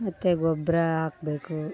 ಮತ್ತು ಗೊಬ್ಬರ ಹಾಕ್ಬೇಕು